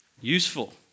useful